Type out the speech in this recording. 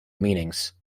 meanings